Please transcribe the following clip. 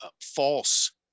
false